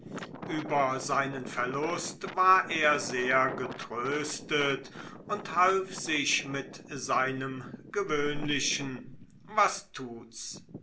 über seinen verlust war er sehr getröstet und half sich mit seinem gewöhnlichen was tut's